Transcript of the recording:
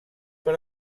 per